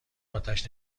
آتش